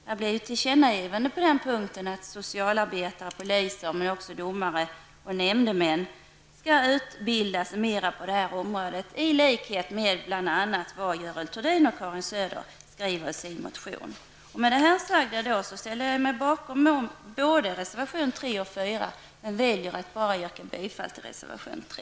Det har blivit ett tillkännagivande om att socialarbetare som också är domare och nämndemän skall utbildas vidare på det här området, precis som bl.a. Görel Thurdin och Karin Med detta ställer jag mig bakom reservationerna 3 och 4, men jag väljer att endast yrka bifall till reservation 3.